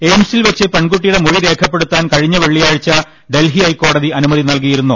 എയിംസിൽ വെച്ച് പെൺകുട്ടിയുടെ മൊഴി രേഖപ്പെടുത്താൻ കഴിഞ്ഞ വെള്ളിയാഴ്ച ഡൽഹി ഹൈക്കോടതി അനുമതി നൽകിയിരുന്നു